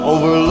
Over